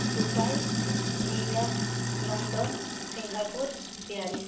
Dubai New York London Singapore Paris